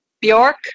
Bjork